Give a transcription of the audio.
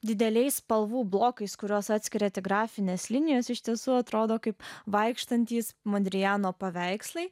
dideliais spalvų blokais kuriuos atskiria tik grafinės linijos iš tiesų atrodo kaip vaikštantys mondrijano paveikslai